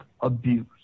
abuse